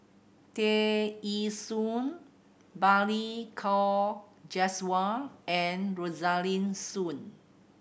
Tear Ee Soon Balli Kaur Jaswal and Rosaline Soon